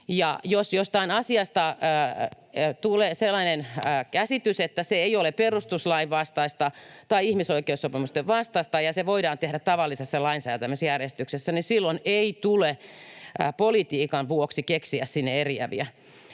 Jos jostain asiasta tulee sellainen käsitys, että se ei ole perustuslain vastaista tai ihmisoikeussopimusten vastaista ja se voidaan tehdä tavallisessa lainsäätämisjärjestyksessä, niin silloin ei tule politiikan vuoksi keksiä sinne eriäviä.